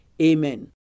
Amen